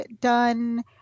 done